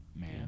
Man